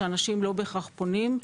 שאנשים לא בהכרח פונים.